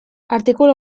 artikulu